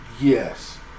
Yes